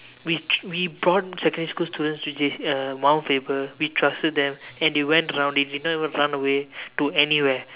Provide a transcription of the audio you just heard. we we brought secondary school students to J uh Mount Faber we trusted them and they went around it they did not even run away to anywhere